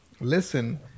listen